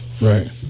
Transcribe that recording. Right